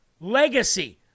legacy